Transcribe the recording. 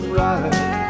right